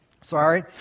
sorry